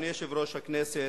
אדוני יושב-ראש הכנסת,